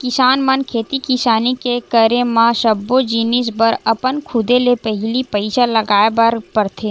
किसान मन खेती किसानी के करे म सब्बो जिनिस बर अपन खुदे ले पहिली पइसा लगाय बर परथे